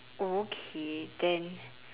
okay then